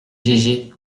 gégé